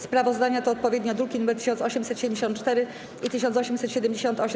Sprawozdania to odpowiednio druki nr 1874 i 1878.